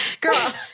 Girl